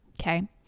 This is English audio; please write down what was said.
Okay